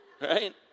Right